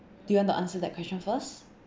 do you want to answer that question first